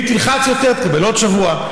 אם תלחץ יותר תקבל עוד שבוע.